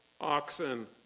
oxen